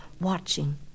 watching